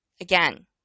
again